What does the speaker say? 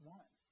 one